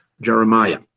Jeremiah